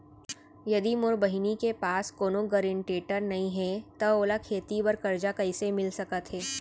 यदि मोर बहिनी के पास कोनो गरेंटेटर नई हे त ओला खेती बर कर्जा कईसे मिल सकत हे?